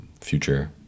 future